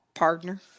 partner